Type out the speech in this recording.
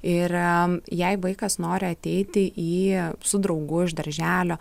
ir jei vaikas nori ateiti į su draugu iš darželio